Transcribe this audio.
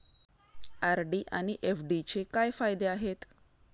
RD आणि एफ.डीचे काय फायदे आहेत?